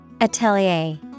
Atelier